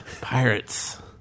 Pirates